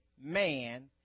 man